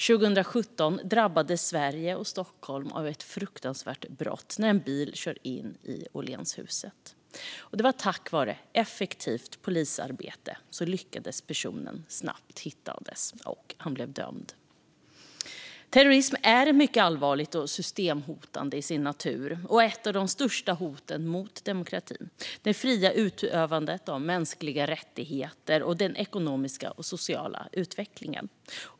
År 2017 drabbades Sverige och Stockholm av ett fruktansvärt brott när en lastbil körde in i Åhlénshuset. Tack vare effektivt polisarbete lyckades man snabbt hitta personen, och han blev dömd. Terrorismen är allvarligt systemhotande till sin natur och ett av de största hoten mot demokratin, det fria utövandet av mänskliga rättigheter och den ekonomiska och sociala utvecklingen.